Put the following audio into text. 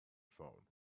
phone